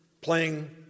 playing